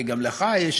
כי גם לך יש,